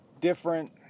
different